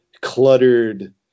cluttered